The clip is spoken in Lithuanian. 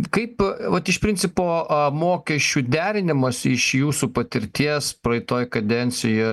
kaip vat iš principo mokesčių derinimosi iš jūsų patirties praeitoj kadencijo